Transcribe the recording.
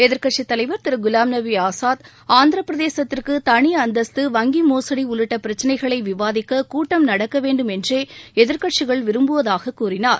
எதிர்க்கட்சித் தலைவர் திரு குலாம்நபி ஆசாத் ஆந்திரப் பிரதேசத்திற்கு தனி அந்தஸ்த்து வங்கி மோசடி உள்ளிட்ட பிரச்சனைகளை விவாதிக்க கூட்டம் நடக்க வேண்டும் என்றே எதிர்க் கட்சிகள் விரும்புவதாக கூறினார்